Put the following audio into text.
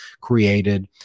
created